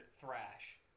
Thrash